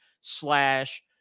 slash